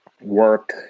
work